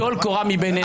טול קורה מבין עיניך.